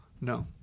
No